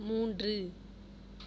மூன்று